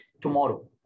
tomorrow